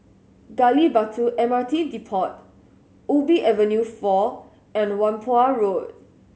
Gali Batu M R T Depot Ubi Avenue Four and Whampoa Road